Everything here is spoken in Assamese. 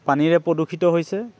পানীৰে প্ৰদূষিত হৈছে